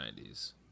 90s